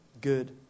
good